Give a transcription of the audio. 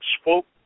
spoke